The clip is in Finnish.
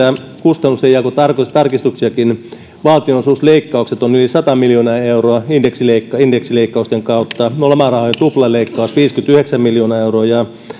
kustannuksenjakotarkistuksiakin valtionosuusleikkaukset ovat yli sata miljoonaa euroa indeksileikkausten indeksileikkausten kautta lomarahojen tuplaleikkaus viisikymmentäyhdeksän miljoonaa euroa ja